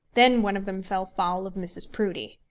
then one of them fell foul of mrs. proudie.